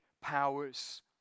powers